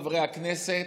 חברי הכנסת,